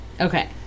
okay